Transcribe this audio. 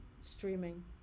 streaming